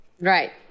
Right